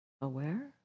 Aware